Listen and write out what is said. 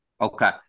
okay